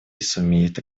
сумеет